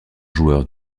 joueurs